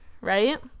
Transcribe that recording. right